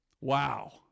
Wow